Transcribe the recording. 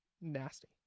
nasty